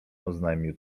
oznajmił